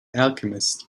alchemist